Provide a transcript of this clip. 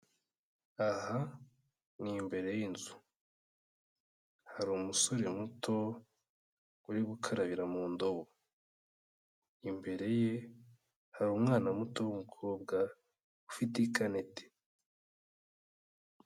Aha ni imbere y'inzu hari umusore muto uri gukarabira mu ndobo, imbere ye hari umwana muto w'umukobwa ufite ikaneti.